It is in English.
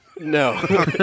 No